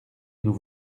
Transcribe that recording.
nous